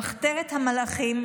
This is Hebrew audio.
"מחתרת המלאכים",